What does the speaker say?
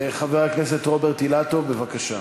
חבר הכנסת רוברט אילטוב, בבקשה.